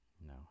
No